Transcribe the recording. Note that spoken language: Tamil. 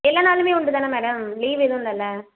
எல்லா நாளுமே உண்டு தானே மேடம் லீவு எதுவும் இல்லயில்ல